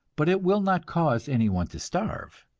but it will not cause anyone to starve.